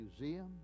Museum